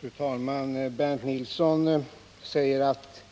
Fru talman! Bernt Nilsson säger att